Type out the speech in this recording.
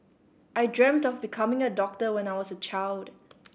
I dreamt of becoming a doctor when I was a child